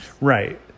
right